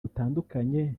butandukanye